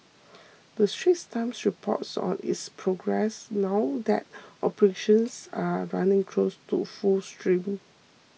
the Straits Times reports on its progress now that operations are running close to full steam